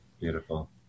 Beautiful